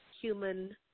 human